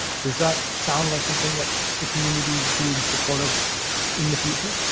does that sound like something that the community would be in support of in the future?